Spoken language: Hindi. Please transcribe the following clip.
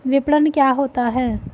विपणन क्या होता है?